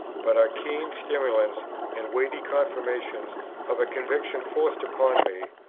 but are keen stimulants and weighty confirmations of a conviction forced upon me,